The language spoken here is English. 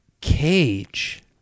Cage